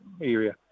area